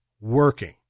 working